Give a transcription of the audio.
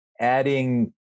adding